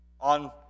On